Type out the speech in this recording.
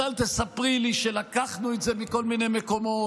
אז אל תספרי לי שלקחנו את זה מכל מיני מקומות,